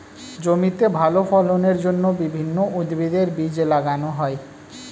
জমিতে ভালো ফলনের জন্য বিভিন্ন উদ্ভিদের বীজ লাগানো হয়